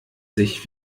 sich